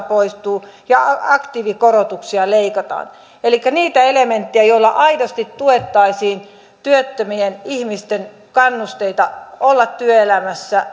poistuu ja aktiivikorotuksia leikataan elikkä niitä elementtejä joilla aidosti tuettaisiin työttömien ihmisten kannusteita olla työelämässä